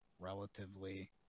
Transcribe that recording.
relatively